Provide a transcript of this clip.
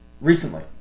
recently